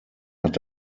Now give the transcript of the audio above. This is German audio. hat